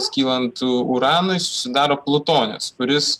skylant uranui susidaro plutonis kuris